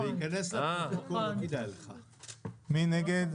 מי נגד?